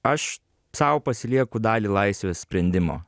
aš sau pasilieku dalį laisvės sprendimo